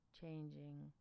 changing